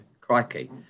crikey